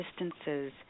distances